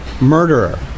murderer